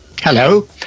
Hello